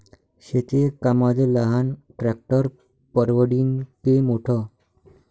शेती कामाले लहान ट्रॅक्टर परवडीनं की मोठं?